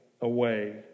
away